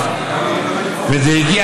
וגם